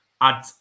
add